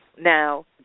Now